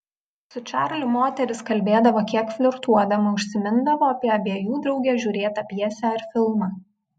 su čarliu moteris kalbėdavo kiek flirtuodama užsimindavo apie abiejų drauge žiūrėtą pjesę ar filmą